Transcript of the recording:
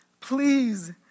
please